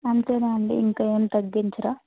అంతేనా అండి ఇంక ఏం తగ్గించరా